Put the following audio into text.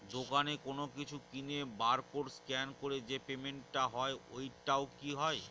দোকানে কোনো কিছু কিনে বার কোড স্ক্যান করে যে পেমেন্ট টা হয় ওইটাও কি হয়?